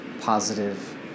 Positive